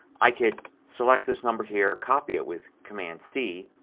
i could select this number here, copy it with command c.